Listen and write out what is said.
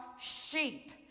sheep